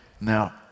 now